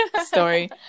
story